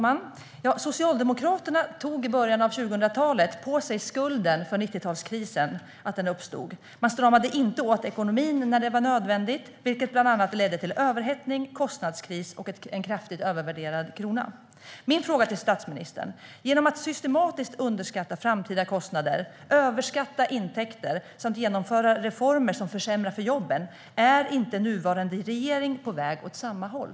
Herr talman! Socialdemokraterna tog i början av 2000-talet på sig skulden för att 90-talskrisen uppstod. Man stramade inte åt ekonomin när det var nödvändigt. Det ledde bland annat till överhettning, kostnadskris och en kraftigt övervärderad krona. Jag har en fråga till finansministern. Genom att systematiskt underskatta framtida kostnader, överskatta intäkter samt genomföra reformer som försämrar för jobben, är inte nuvarande regering på väg åt samma håll?